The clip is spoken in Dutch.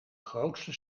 grootste